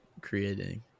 creating